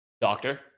Doctor